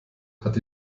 hat